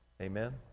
Amen